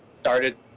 started